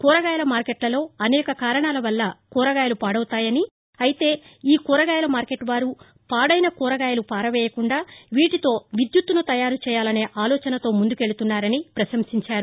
కూరగాయల మార్కెట్లలో అనేక కారణాల వల్ల కూరగాయలు పాదవుతాయని అయితే ఈ కూరగాయల మార్కెట్ వారు పాడైన కూరగాయలను పారవేయకుండా వీటితో విద్యుత్తును తయారు చెయ్యాలనే ఆలోచనతో ముందుకెళ్తున్నారని ప్రశంసించారు